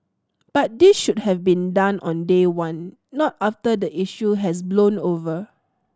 but this should have been done on day one not after the issue has blown over